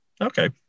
Okay